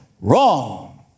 Wrong